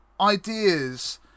ideas